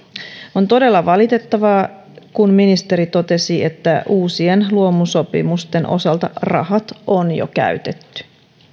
on todella valitettavaa kun ministeri totesi että uusien luomusopimusten osalta rahat on jo käytetty